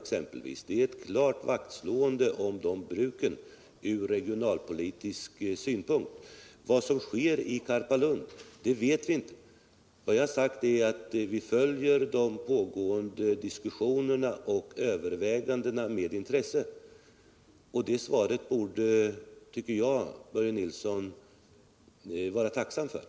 Det innebär ewt klart vaktslående av bruken där ur regionalpolitisk synpunkt. Vad som kommer att ske i Karpalund vet vi inte. Vad jag sagt är att vi med intresse följer de pågående diskussionerna och övervägandena. Det svaret tycker jag att Börje Nilsson borde vara tacksam för.